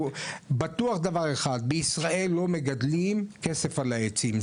בטוח דבר אחד: בישראל לא מגדלים כסף על העצים.